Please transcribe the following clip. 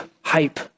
hype